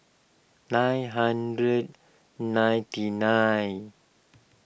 nine hundred ninety nine